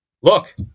Look